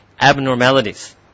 abnormalities،